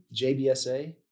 JBSA